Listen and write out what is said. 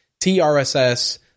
TRSS